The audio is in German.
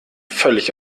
völlig